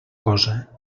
cosa